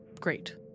great